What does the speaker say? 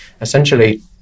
Essentially